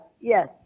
yes